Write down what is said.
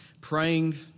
praying